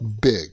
big